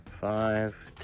Five